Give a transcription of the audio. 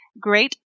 great